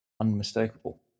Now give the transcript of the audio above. Unmistakable